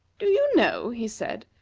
do you know, he said,